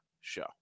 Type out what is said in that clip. show